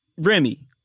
Remy